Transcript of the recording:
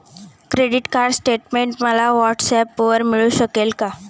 Credit card statement मला व्हॉट्सऍपवर मिळू शकेल का?